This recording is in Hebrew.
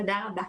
תודה רבה.